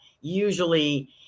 usually